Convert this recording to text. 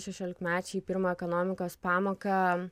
šešiolikmečiai į pirmą ekonomikos pamoką